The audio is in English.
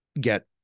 get